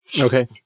Okay